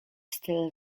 still